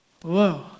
Whoa